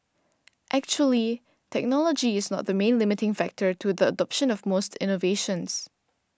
actually technology is not the main limiting factor to the adoption of most innovations